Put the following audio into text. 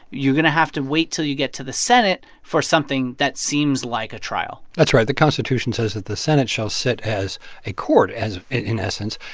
you're going to have to wait till you get to the senate for something that seems like a trial that's right. the constitution says that the senate shall set as a court as in essence,